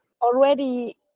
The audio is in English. already